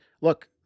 look